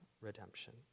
redemption